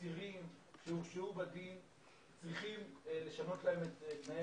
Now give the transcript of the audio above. אסירים שהורשעו בדין בוודאי צריכים לשנות להם את תנאי